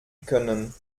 können